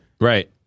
Right